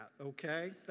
okay